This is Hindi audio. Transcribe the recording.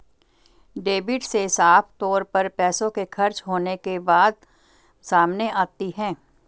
डेबिट से साफ तौर पर पैसों के खर्च होने के बात सामने आती है